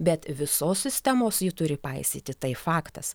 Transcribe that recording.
bet visos sistemos ji turi paisyti tai faktas